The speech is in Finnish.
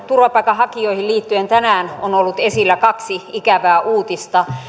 turvapaikanhakijoihin liittyen tänään on ollut esillä kaksi ikävää uutista